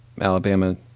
Alabama